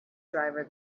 driver